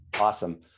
Awesome